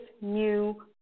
new